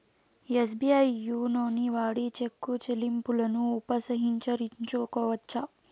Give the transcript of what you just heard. SBI YONO యాపుని వాడి cheque చెల్లింపును ఉపసంహరించుకోవచ్చు